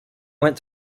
went